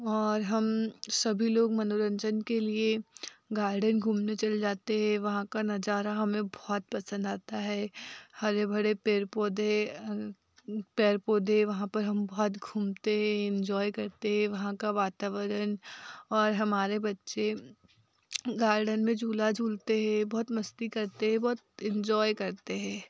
और हम सभी लोग मनोरंजन के लिए गार्डन घूमने चले जाते हैं वहाँ का नज़ारा हमें बहुत पसंद आता है हरे हरे पेड़ पौधे पेड़ पौधे वहाँ पर हम बहुत घूमते इन्जॉय करते वहाँ का वातावरण और हमारे बच्चे गार्डन में झूला झूलते हैं बहुत मस्ती करते बहुत इन्जॉय करते हैं